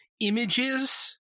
images